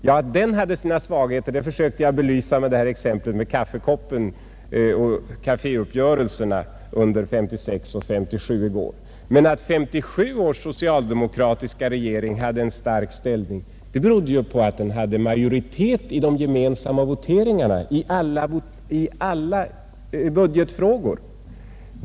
Ja, att den hade sina svagheter försökte jag i går belysa genom exemplet med kaffekoppen och kafdguppgörelserna under 1956 och 1957. Men att 1957 års socialdemokratiska regering hade en stark ställning berodde på att den ägde majoritet i de gemensamma voteringarna, dvs. i budgetfrågor.